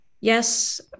yes